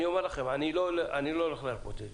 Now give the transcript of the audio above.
אני אומר לכם, אני לא הולך להרפות מזה.